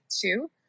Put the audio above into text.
two